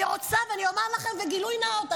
אני רוצה לומר לכם בגילוי נאות,